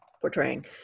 portraying